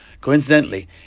coincidentally